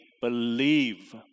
believe